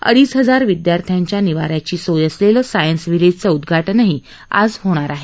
अडीच हजार विद्यार्थ्यांच्या निवाऱ्याची सोय असलेलं सायन्स व्हिलेजचं उद्धा नंही आज होणार आहे